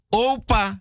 opa